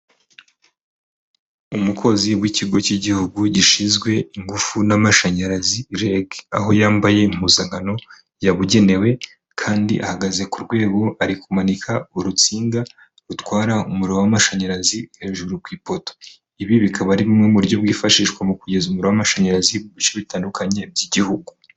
Umukozi w'ikigo cy'igihugu gishinzwe ingufu n'amashanyarazi REG. Aho yambaye impuzankano yabugenewe, kandi ahagaze ku rwego ari kumanika urutsinga rutwara umuriro w'amashanyarazi hejuru ku ipoto. Ibi bikaba ari bumwe mu buryo bwifashishwa mu kugeza umuriro w'amashanyarazi mu bice bitandukanye by'igihugu.